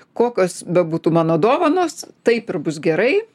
kokios bebūtų mano dovanos taip ir bus gerai